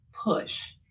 push